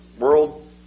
world